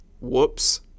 whoops